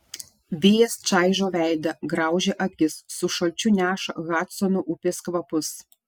vėjas čaižo veidą graužia akis su šalčiu neša hadsono upės kvapus